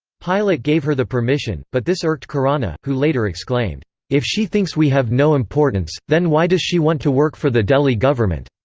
pilot gave her the permission, but this irked khurana, who later exclaimed if she thinks we have no importance, then why does she want to work for the delhi government?